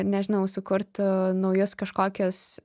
nežinau sukurtų naujus kažkokius